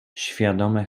świadome